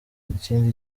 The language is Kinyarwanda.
ikindi